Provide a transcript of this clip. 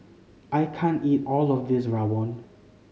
I can't eat all of this Rawon